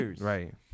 right